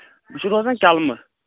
بہٕ چھُس روزان کٮ۪لمہٕ